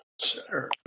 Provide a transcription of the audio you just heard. Sure